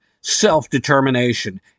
self-determination